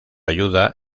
ayuda